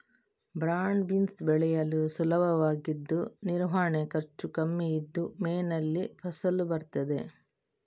broad beans ಬೆಳೆಯಲು ಸುಲಭವಾಗಿದ್ದು ನಿರ್ವಹಣೆ ಖರ್ಚು ಕಮ್ಮಿ ಇದ್ದು ಮೇನಲ್ಲಿ ಫಸಲು ಬರ್ತದೆ